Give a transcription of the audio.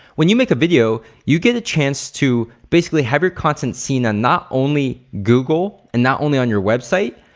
when you make a video you get the chance to basically have you content seen on not only google and not only on your website,